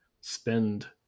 spend